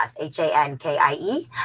H-A-N-K-I-E